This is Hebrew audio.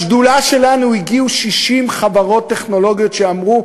בשדולה שלנו הגיעו 60 חברות טכנולוגיות שאמרו: